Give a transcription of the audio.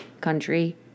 country